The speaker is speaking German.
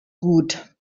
gut